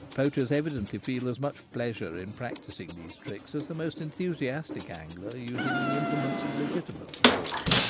poachers evidently feel as much pleasure in practising these tricks as the most enthusiastic angler using the implements of legiti mate sport.